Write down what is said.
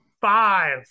Five